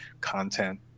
content